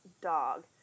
dog